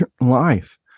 life